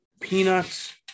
Peanuts